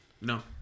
No